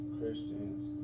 Christians